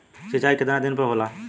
सिंचाई केतना दिन पर होला?